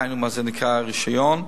דהיינו מה שנקרא רשיון,